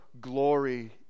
glory